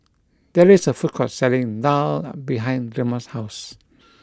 there is a food court selling Daal behind Drema's house